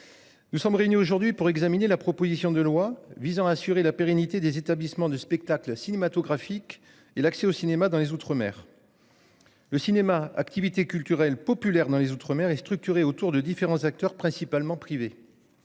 Nous sommes réunis aujourd'hui pour examiner la proposition de loi visant à assurer la pérennité des établissements du spectacle cinématographique et l'accès au cinéma dans les outre-mer. Le cinéma, activités culturelles populaire dans les Outre-mer et structuré autour de différents acteurs principalement privés.